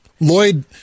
Lloyd